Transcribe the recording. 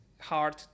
hard